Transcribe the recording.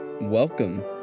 Welcome